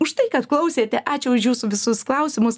už tai kad klausėte ačiū už jūsų visus klausimus